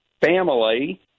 family